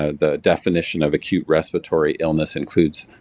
ah the definition of acute respiratory illness includes